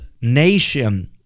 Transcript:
nation